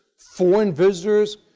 foreign visitors,